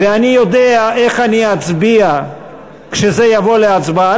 ואני יודע איך אני אצביע כשזה יבוא להצבעה.